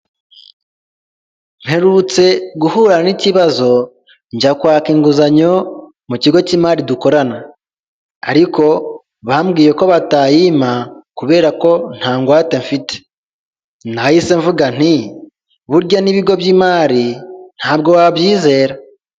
Mperutse guhura n'ikibazo njya kwaka inguzanyo mu kigo cy'imari dukorana ariko bambwiye ko batayimpa kubera ko ntangwate mfite, nahise mvuga nti burya n'ibigo by'imari ntabwo wabyizera.